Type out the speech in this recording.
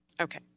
Okay